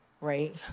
Right